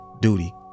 duty